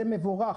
זה מבורך,